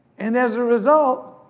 and as a result,